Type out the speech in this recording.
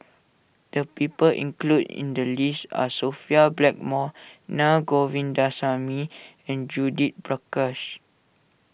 the people included in the list are Sophia Blackmore Naa Govindasamy and Judith Prakash